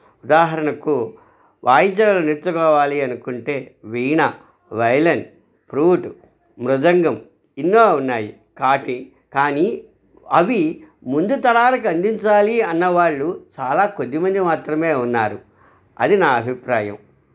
ఉదాహరణకు వాయిద్యాలు నేర్చుకోవాలి అనుకుంటే వీణ వైలెన్ ఫ్రూట్ మృదంగం ఎన్నో ఉన్నాయి కాటి కానీ అవి ముందు తరాలకు అందించాలి అన్నవాళ్ళు చాలా కొద్దిమంది మాత్రమే ఉన్నారు అది నా అభిప్రాయం